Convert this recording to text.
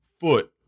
foot